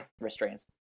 restraints